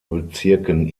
bezirken